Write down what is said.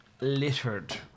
littered